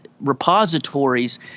repositories